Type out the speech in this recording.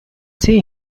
see